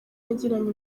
yagiranye